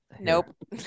Nope